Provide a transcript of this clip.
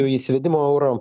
įsivedimo euro